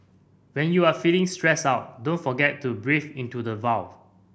when you are feeling stressed out don't forget to breathe into the void